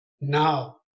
now